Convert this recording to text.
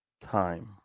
time